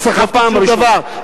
לא סחבתי שום דבר.